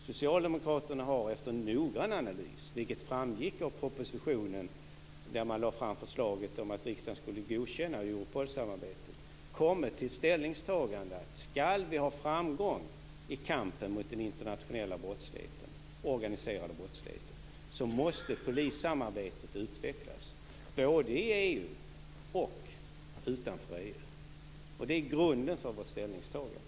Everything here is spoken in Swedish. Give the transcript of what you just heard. Socialdemokraterna har efter en noggrann analys, vilket framgick av den proposition där man lade fram förslaget att riksdagen skulle godkänna Europolsamarbetet, kommit till ställningstagandet att skall vi ha framgång i kampen mot den internationella organiserade brottsligheten måste polissamarbetet utvecklas både i EU och utanför EU. Det är grunden för vårt ställningstagande.